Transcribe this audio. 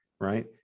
right